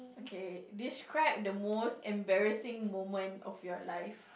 okay describe the most embarrassing moment of your life